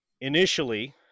initially